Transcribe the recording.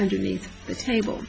underneath the table